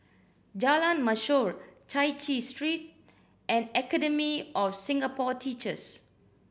Jalan Mashor Chai Chee Street and Academy of Singapore Teachers